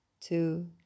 two